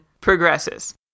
progresses